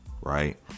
Right